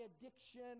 addiction